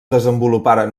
desenvoluparen